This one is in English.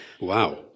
Wow